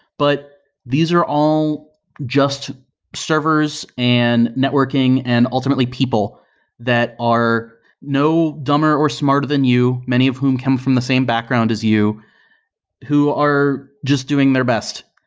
but these are all just servers and networking and ultimately people that are no dumber or smarter than you. many of whom come from the same background as you who are just doing their best,